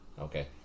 Okay